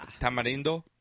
Tamarindo